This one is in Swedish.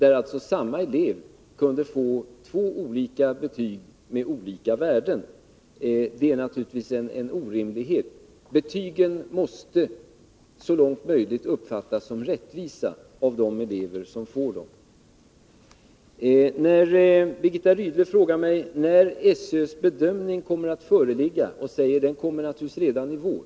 Samma elev kunde alltså få två olika betyg med olika värden. Det är naturligtvis en orimlighet. Betygen måste så långt möjligt uppfattas som rättvisa av eleverna. Birgitta Rydle frågar när SÖ:s bedömning kommer att föreligga och säger att den naturligtvis blir klar redan i vår.